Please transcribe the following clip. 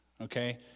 Okay